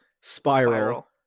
Spiral